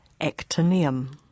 actinium